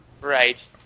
Right